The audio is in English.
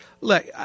Look